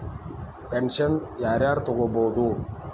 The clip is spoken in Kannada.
ಪೆನ್ಷನ್ ಯಾರ್ ಯಾರ್ ತೊಗೋಬೋದು?